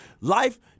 life